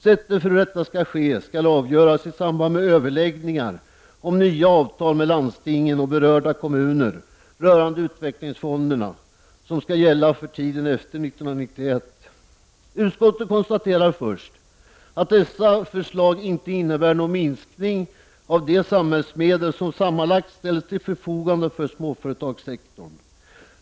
Sättet för hur detta skall ske skall avgöras i samband med överläggningar om nya avtal med landstingen och berörda kommuner rörande utvecklingsfonderna som skall gälla för tiden efter 1991. Utskottet konstaterar först att dessa förslag inte innebär någon minskning av de samhällsmedel som sammanlagt ställts till förfogande för småföretagssektorn.